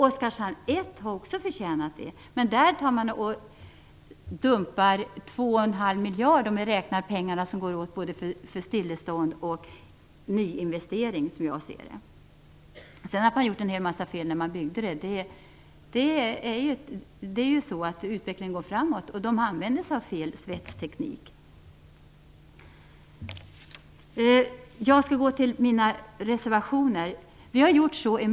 Oskarshamn 1 har också förtjänat det, men där dumpar man 2,5 miljard, om man räknar de pengar som går åt både för stillestånd och för nyinvestering, som jag ser det. Sedan är det en annan sak att man har gjort en massa fel när det byggdes, t.ex. använde man sig av fel svetsteknik. Men utvecklingen går ju framåt. Jag skall övergå till mina reservationer.